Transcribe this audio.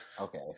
okay